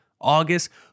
August